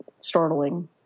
startling